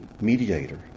mediator